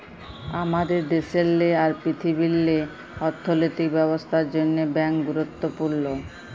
আমাদের দ্যাশেল্লে আর পীরথিবীল্লে অথ্থলৈতিক ব্যবস্থার জ্যনহে ব্যাংক গুরুত্তপুর্ল